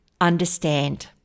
understand